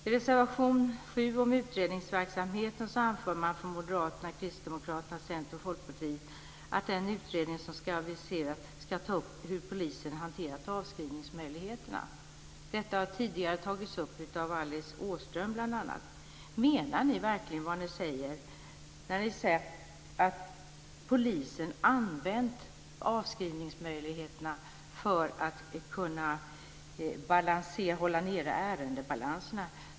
I reservation 7 om utredningsverksamheten anför man från Moderaterna, Kristdemokraterna, Centern och Folkpartiet att den utredning som aviseras ska ta upp hur polisen hanterat avskrivningsmöjligheterna. Detta har tidigare tagits upp av Alice Åström, bl.a. Menar ni verkligen vad ni säger när ni säger att polisen använt avskrivningsmöjligheterna för att kunna ändra ärendebalanserna?